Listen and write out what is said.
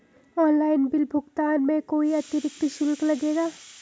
Online bill भुगतान में कोई अतिरिक्त शुल्क लगेगा?